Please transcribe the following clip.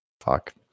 Fuck